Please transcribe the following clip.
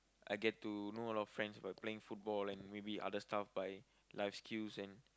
I get to know a lot of friends by playing football and maybe other stuff by life skills and